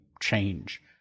change